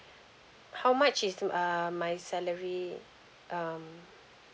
how much is the uh my salary um